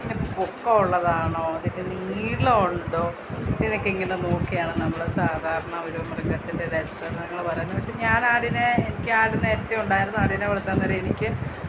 പിന്നെ പൊക്കമുള്ളതാണോ അതിനു നീളമുണ്ടോ ഇങ്ങനെയൊക്കെ ഇങ്ങനെ നോക്കിയാണ് നമ്മൾ സാധാരണ ഒരു മൃഗത്തിൻ്റെ ലക്ഷണങ്ങൾ പറയുന്നത് പക്ഷെ ഞാനാടിനെ എനിക്കാട് നേരത്തെ ഉണ്ടായിരുന്നു ആടിനെ വളർത്താൻ നേരം എനിക്ക്